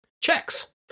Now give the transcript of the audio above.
checks